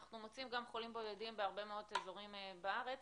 אנחנו מוצאים גם חולים בודדים בהרבה מאוד אזורים בארץ